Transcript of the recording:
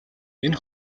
энэ